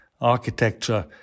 architecture